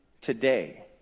today